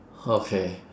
okay